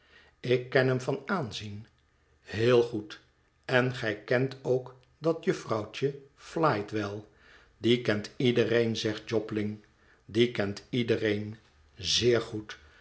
ik ken hem van aanzien heel goed en gij kent ook dat jufvrouwtje elite wel die kent iedereen zegt jobling die kent iedereen zeer goed